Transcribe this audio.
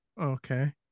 Okay